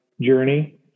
journey